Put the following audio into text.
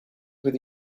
with